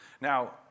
Now